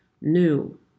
new